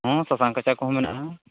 ᱦᱚᱸ ᱥᱟᱥᱟᱝ ᱠᱟᱪᱷᱟ ᱠᱚᱦᱚᱸ ᱢᱮᱱᱟᱜᱼᱟ